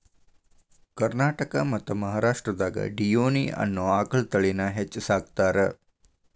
ಕರ್ನಾಟಕ ಮತ್ತ್ ಮಹಾರಾಷ್ಟ್ರದಾಗ ಡಿಯೋನಿ ಅನ್ನೋ ಆಕಳ ತಳಿನ ಹೆಚ್ಚ್ ಸಾಕತಾರ